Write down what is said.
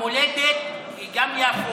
המולדת היא גם יפו,